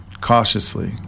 cautiously